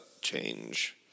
change